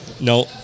No